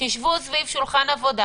תשבו סביב שולחן עבודה